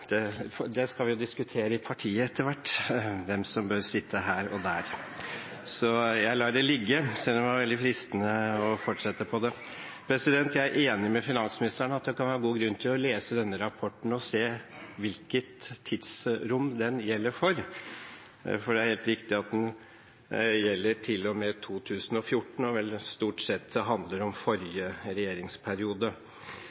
skal jo diskutere i partiet etter hvert hvem som bør sitte her og der, så jeg lar det ligge, selv om det var veldig fristende å fortsette på det. Jeg er enig med finansministeren i at det kan være god grunn til å lese denne rapporten og se hvilket tidsrom den gjelder for, for det er helt riktig at den gjelder til og med 2014 og vel stort sett handler om